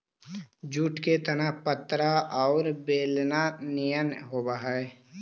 jute के तना पतरा औउर बेलना निअन होवऽ हई